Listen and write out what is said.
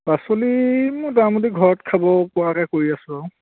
পাচলি মোটামুটি ঘৰত খাবপৰাকৈ কৰি আছোঁ আৰু